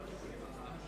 ובכן,